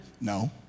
No